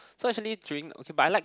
so actually during okay but I like